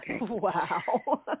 Wow